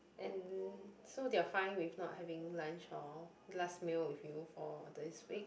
and so they're fine with not having lunch or last meal with you for this week